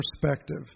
perspective